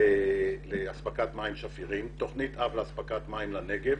לאספקת מים שפירים, תוכנית אב לאספקת מים לנגב,